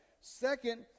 Second